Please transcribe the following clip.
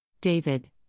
David